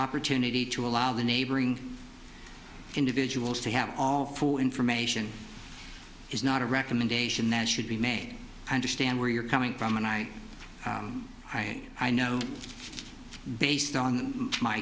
opportunity to allow the neighboring individuals to have all full information is not a recommendation that should be made i understand where you're coming from and i i i know based on my